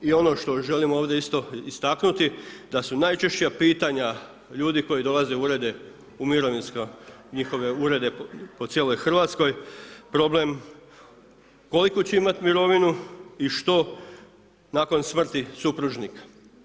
I ono što želim ovdje isto istaknuti da su najčešća pitanja ljudi koji dolaze u urede u mirovinska, njihove urede po cijeloj Hrvatskoj problem koliku će imati mirovinu i što nakon smrti supružnika.